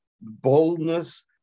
boldness